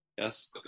Yes